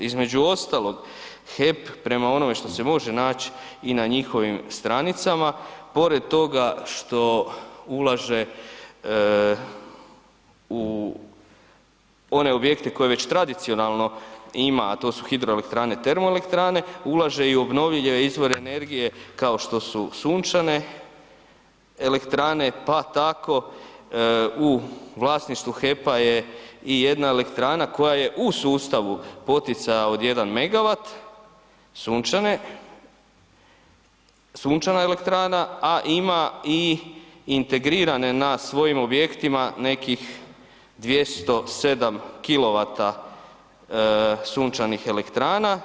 Između ostalog HEP prema onome što se može naći i na njihovim stranicama, pored toga što ulaže u one objekte koje već tradicionalno ima a to su hidroelektrane, termoelektrane, ulaže i u obnovljive izvore energije kao što su sunčane elektrane pa tako u vlasništvu HEP-a je i jedna elektrana koja je u sustavu poticaja od 1 megavat sunčane, sunčana elektrana a ima i integrirane na svojim objektima nekih 207 kilovata sunčanih elektrana.